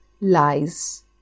lies